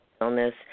illness